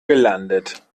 gelandet